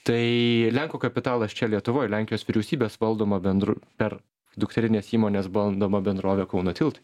tai lenkų kapitalas čia lietuvoj lenkijos vyriausybės valdoma bendro per dukterinės įmonės valdoma bendrovė kauno tiltai